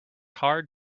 hard